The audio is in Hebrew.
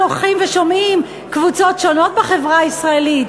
הולכים ושומעים קבוצות שונות בחברה הישראלית.